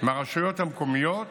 מהרשויות המקומיות